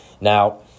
Now